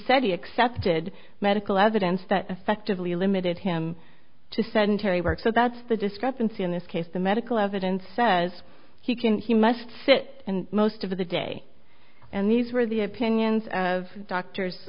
said he accepted medical evidence that affected limited him to sudden terry work so that's the discrepancy in this case the medical evidence says he can he must sit in most of the day and these were the opinions of doctors